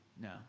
no